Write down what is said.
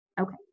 Okay